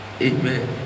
Amen